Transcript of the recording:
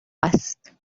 است